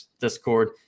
discord